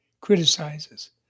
criticizes